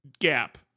gap